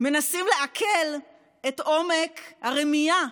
מנסים לעכל את עומק הרמייה,